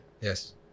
Yes